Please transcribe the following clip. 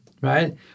Right